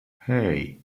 hey